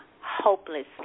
hopeless